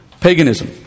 Paganism